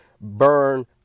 burn